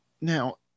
now